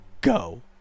go